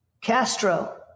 Castro